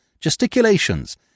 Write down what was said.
gesticulations